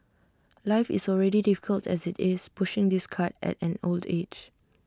life is already difficult as IT is pushing this cart at an old age